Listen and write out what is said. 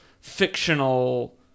fictional